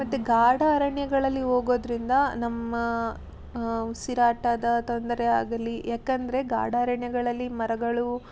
ಮತ್ತೆ ಗಾಢ ಅರಣ್ಯಗಳಲ್ಲಿ ಹೋಗೋದ್ರಿಂದ ನಮ್ಮ ಉಸಿರಾಟದ ತೊಂದರೆ ಆಗಲಿ ಯಾಕೆಂದ್ರೆ ಗಾಢಾರಣ್ಯಗಳಲ್ಲಿ ಮರಗಳು